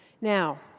Now